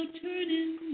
turning